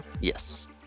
Yes